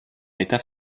état